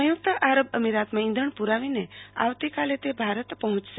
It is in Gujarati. સંયુક્ત આરબ અમીરાતમાં ઈંધણ પુરાવીને તે આવતીકાલે ભારત પર્જોચશે